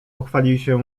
pochwalił